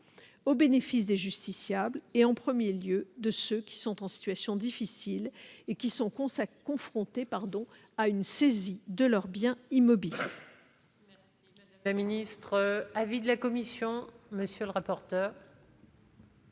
au bénéfice des justiciables, en premier lieu de ceux qui, déjà en situation difficile, sont confrontés à une saisie de leurs biens immobiliers.